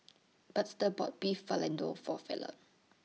Buster bought Beef Vindaloo For Felton